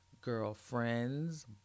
girlfriends